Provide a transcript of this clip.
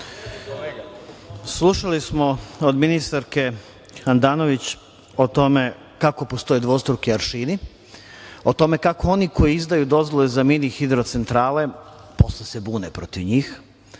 Slušali smo od ministarke Handanović o tome kako postoje dvostruki aršini, o tome kako oni koji izdaju dozvole za mini hidrocentrale posle se bune protiv njih,